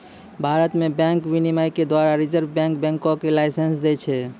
भारत मे बैंक विनियमन के द्वारा रिजर्व बैंक बैंको के लाइसेंस दै छै